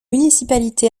municipalité